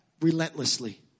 relentlessly